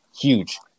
huge